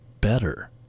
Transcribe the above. better